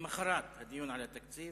למחרת הדיון על התקציב,